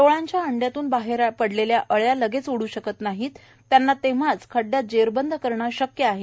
टोळांच्या अंड्यातून बाहेर पडलेल्या अळ्या लगेच उडू शकत नाहीत त्यांना तेव्हाच खड्डयात जेरबंद करणं शक्य आहे